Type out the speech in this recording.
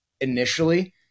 initially